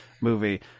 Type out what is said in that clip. movie